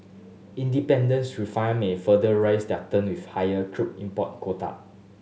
independents refiner may further raise their run with higher crude import quota